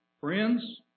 Friends